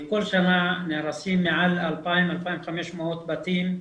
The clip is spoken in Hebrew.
בכל שנה נהרסים מעל 2,000, 2,500 בתים,